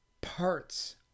parts